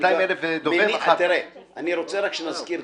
אני רוצה רק שנזכיר,